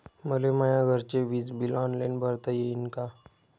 मले माया घरचे विज बिल ऑनलाईन भरता येईन का?